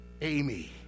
Amy